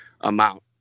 amount